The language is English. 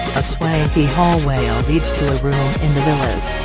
a swanky hallway ah leads to a room in the villas.